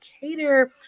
cater